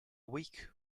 weak